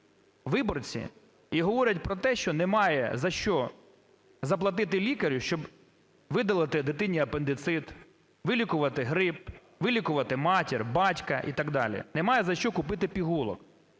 і говорять про те, що немає за що заплатити лікарю, щоб видалити дитині апендицит, вилікувати грип, вилікувати матір, батька і так далі, немає за що купити пігулок.